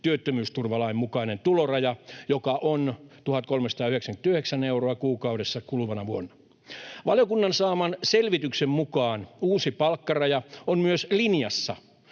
työttömyysturvalain mukainen tuloraja, joka on 1 399 euroa kuukaudessa kuluvana vuonna. Valiokunnan saaman selvityksen mukaan uusi palkkaraja on myös linjassa